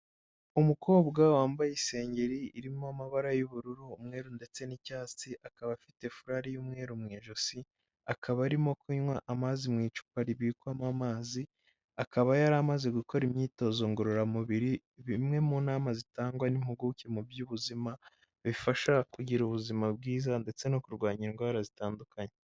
Umukobwa wambaye isengeri irimo amabara y'ubururu, umweru ndetse n'icyatsi, akaba afite furari y'umweru mu ijosi, akaba arimo kunywa amazi mu icupa ribikwamo amazi, akaba yari amaze gukora imyitozo ngororamubiri, bimwe mu nama zitangwa n'impuguke mu by'ubuzima, bifasha kugira ubuzima bwiza ndetse no kurwanya indwara zitandukanye.